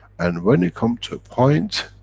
and when you come to a point,